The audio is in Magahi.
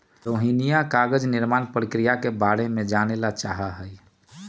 रोहिणीया कागज निर्माण प्रक्रिया के बारे में जाने ला चाहा हई